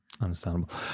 understandable